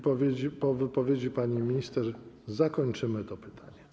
Po wypowiedzi pani minister zakończymy to pytanie.